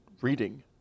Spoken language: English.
reading